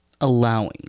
Allowing